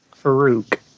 Farouk